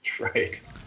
Right